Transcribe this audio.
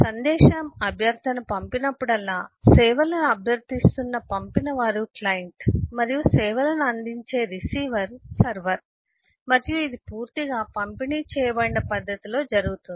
సందేశం అభ్యర్థన పంపినప్పుడల్లా సేవలను అభ్యర్థిస్తున్న పంపినవారు క్లయింట్ మరియు సేవను అందించే రిసీవర్ సర్వర్ మరియు ఇది పూర్తిగా పంపిణీ చేయబడిన పద్ధతిలో జరుగుతుంది